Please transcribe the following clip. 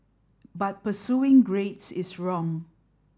but pursuing grades is wrong